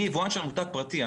אני יבואן של מותג פרטי.